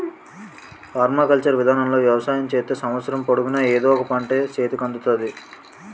permaculture విధానములో వ్యవసాయం చేత్తే సంవత్సరము పొడుగునా ఎదో ఒక పంట సేతికి అందుతాది